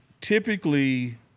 typically